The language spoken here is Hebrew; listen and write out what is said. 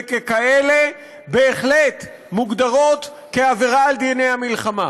וככאלה בהחלט מוגדרות כעבירה על דיני המלחמה.